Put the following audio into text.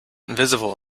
invisible